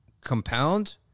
compound